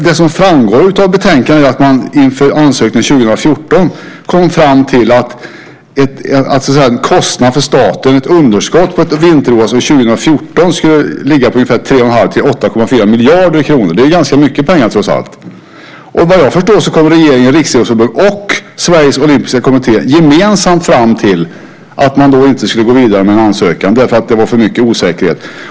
Det som framgår av betänkandet är att man inför ansökan 2014 kom fram till att kostnaden, underskottet, för ett vinter-OS 2014 skulle ligga på 3 1⁄2 till 8,4 miljarder kronor. Det är trots allt ganska mycket pengar. Vad jag förstår kom regeringen, Riksidrottsförbundet och Sveriges olympiska kommitté gemensamt fram till att inte gå vidare med en ansökan. Det var för mycket osäkerhet.